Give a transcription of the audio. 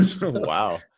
Wow